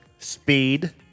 Speed